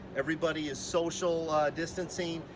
everybody is social distancing.